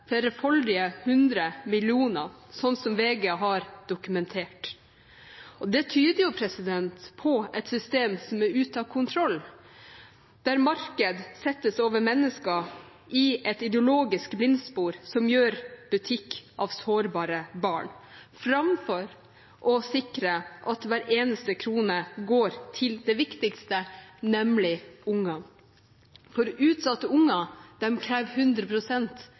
millioner, noe VG har dokumentert. Det tyder på et system som er ute av kontroll, der marked settes over mennesker i et ideologisk blindspor som gjør butikk av sårbare barn framfor å sikre at hver eneste krone går til det viktigste, nemlig ungene. For utsatte unger krever 100 pst. De krever